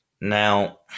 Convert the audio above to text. Now